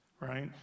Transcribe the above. right